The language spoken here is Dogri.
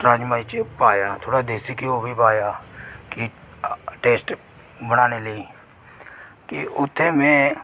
राजमां च पाया थोह्ड़ देसी घ्यो बी पाया कि टेस्ट बनाने लेई कि उत्थै में